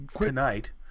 tonight